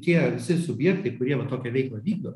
tie visi subjektai kurie va tokią veiklą vykdo